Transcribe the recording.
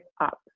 up